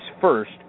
first